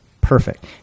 Perfect